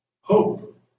hope